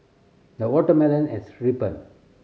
the watermelon has ripened